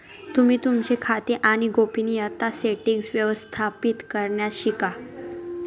तुम्ही तुमचे खाते आणि गोपनीयता सेटीन्ग्स व्यवस्थापित करण्यास शिका